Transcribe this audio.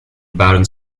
baron